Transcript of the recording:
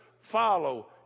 follow